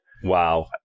Wow